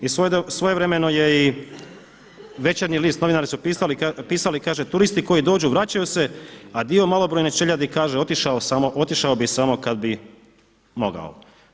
I svojevremeno je i Večernji list, novinari su pisali kaže turisti koji dođu vraćaju se, a dio malobrojne čeljadi kaže otišao bi samo kada bi mogao.